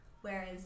whereas